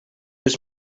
was